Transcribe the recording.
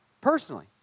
Personally